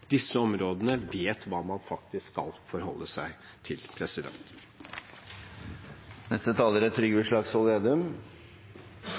disse områdene, vet hva man faktisk skal forholde seg til.